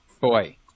Boy